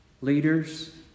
leaders